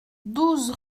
douze